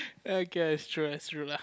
I guess is true lah is true lah